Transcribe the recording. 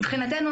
מבחינתנו,